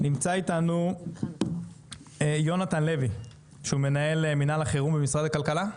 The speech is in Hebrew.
נמצא איתנו יונתן לוי שהוא מנהל מינהל החירום במשרד הכלכלה.